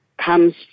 comes